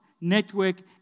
network